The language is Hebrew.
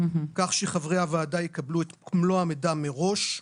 כך שחברי הוועדה יקבלו את מלוא המידע מראש.